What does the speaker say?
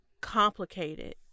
complicated